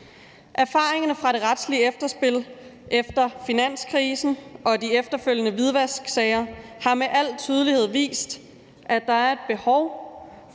Erfaringerne fra det retslige efterspil på finanskrisen og de efterfølgende hvidvasksager har med al tydelighed vist, at der er et behov